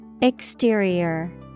Exterior